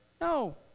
no